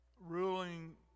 ruling